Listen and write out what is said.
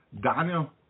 Daniel